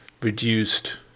reduced